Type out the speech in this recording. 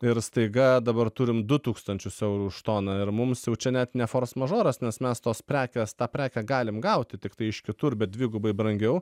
ir staiga dabar turim du tūkstančius eurų už toną ir mums jau čia net ne fors mažoras nes mes tos prekės tą prekę galim gauti tiktai iš kitur bet dvigubai brangiau